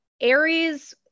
Aries